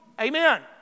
Amen